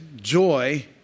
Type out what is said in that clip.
joy